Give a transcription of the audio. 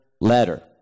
letter